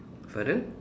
pardon